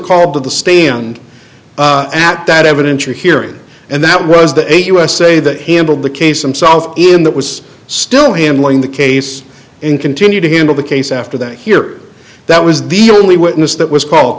called to the stand and that that evidence you're hearing and that was the eight usa that handled the case themselves in that was still handling the case in continue to handle the case after that here that was the only witness that was called